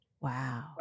Wow